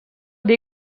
dir